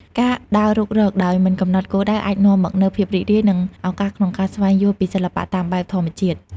ការដើររុករកដោយមិនកំណត់គោលដៅ អាចនាំមកនូវភាពរីករាយ និងឱកាសក្នុងការស្វែងយល់ពីសិល្បៈតាមបែបធម្មជាតិ។